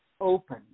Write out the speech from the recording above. open